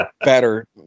better